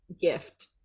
gift